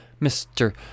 Mr